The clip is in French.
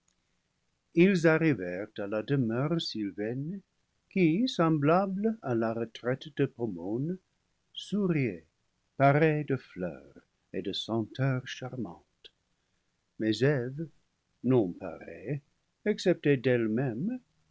ils arrivèrent à la demeure sylvaine qui semblable à la retraite de pomone souriait parée de fleurs et de senteurs charmantes mais eve non parée excepté d'elle-même